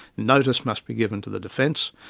notice must be given to the defence,